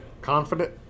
Confident